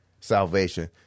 salvation